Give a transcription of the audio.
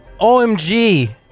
OMG